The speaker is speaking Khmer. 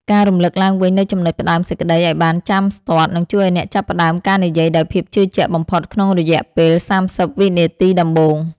ការរំលឹកឡើងវិញនូវចំណុចផ្ដើមសេចក្ដីឱ្យបានចាំស្ទាត់ នឹងជួយឱ្យអ្នកផ្ដើមការនិយាយដោយភាពជឿជាក់បំផុតក្នុងរយៈពេល ៣០ វិនាទីដំបូង។